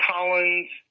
Collins